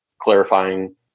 clarifying